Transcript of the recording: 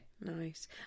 Nice